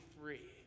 free